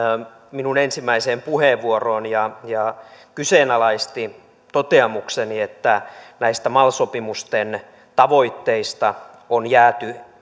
minun ensimmäisen puheenvuorooni ja ja kyseenalaisti toteamukseni että näistä mal sopimusten tavoitteista on jääty